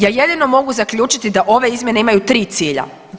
Ja jedino mogu zaključiti da ove izmjene imaju 3 cilja.